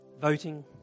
Voting